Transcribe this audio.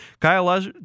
Kyle